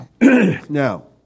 Now